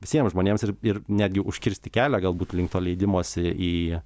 visiems žmonėms ir ir netgi užkirsti kelią galbūt link to leidimosi į